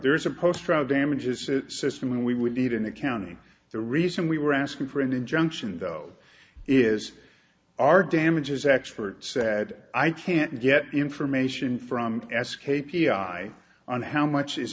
there's a poster out damages system and we would need an accounting the reason we were asking for an injunction though is our damages expert said i can't get information from s k p i on how much is